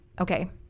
okay